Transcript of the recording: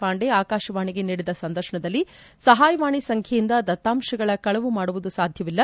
ಪಾಂಡೆ ಆಕಾಶವಾಣಿಗೆ ನೀಡಿದ ಸಂದರ್ಶನದಲ್ಲಿ ಸಹಾಯವಾಣಿ ಸಂಖ್ಲೆಯಿಂದ ದತ್ತಾಂಶಗಳ ಕಳವು ಮಾಡುವುದು ಸಾಧ್ವವಲ್ಲ